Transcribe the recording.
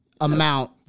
amount